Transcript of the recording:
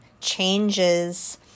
changes